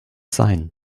sein